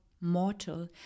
mortal